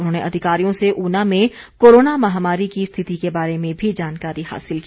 उन्होंने अधिकारियों से ऊना में कोरोना महामारी की स्थिति के बारे में भी जानकारी हासिल की